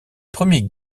premier